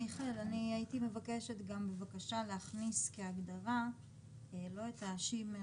אני הייתי מבקשת גם בבקשה להכניס כהגדרה לא את השימר,